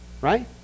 right